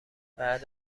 بعد